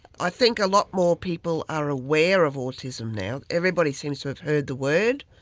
i think a lot more people are aware of autism now. everybody seems to have heard the word.